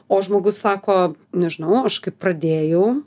o žmogus sako nežinau aš kaip pradėjau